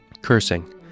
Cursing